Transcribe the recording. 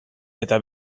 eta